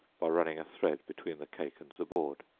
by running a thread between the cake and the board,